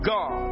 God